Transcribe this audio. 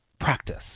practice